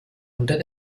unter